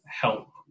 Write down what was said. help